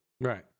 Right